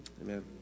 Amen